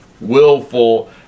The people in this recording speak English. willful